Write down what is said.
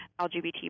LGBT